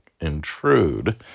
intrude